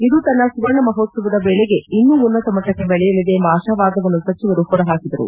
ಇದು ತನ್ನ ಸುವರ್ಣ ಮಹೋತ್ಲವದ ವೇಳೆಗೆ ಇನ್ನೂ ಉನ್ನತಮಟ್ಟಕ್ಕೆ ಬೆಳೆಯಲಿದೆ ಎಂಬ ಆಶಾವಾದವನ್ನು ಸಚಿವರು ಹೊರ ಹಾಕಿದರು